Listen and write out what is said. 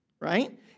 right